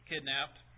kidnapped